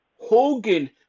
Hogan